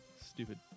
stupid